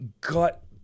gut